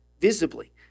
visibly